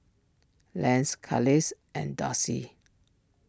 Lance Carlisle and Darcy